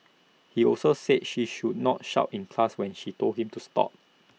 he also said she should not shout in class when she told him to stop